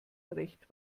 recht